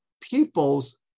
peoples